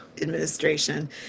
administration